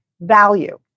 value